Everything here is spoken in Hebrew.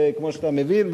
כמו שאתה מבין,